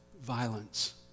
violence